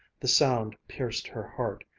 the sound pierced her heart.